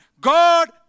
God